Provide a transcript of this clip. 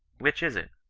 which is it?